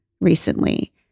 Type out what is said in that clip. recently